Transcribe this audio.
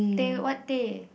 teh what teh